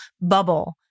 bubble